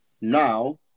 Now